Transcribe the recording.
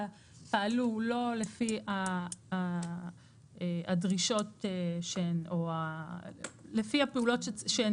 פעלו לא לפי הדרישות או לפי הפעולות שהן